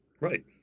Right